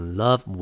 love